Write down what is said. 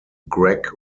greg